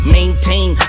maintain